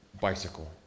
bicycle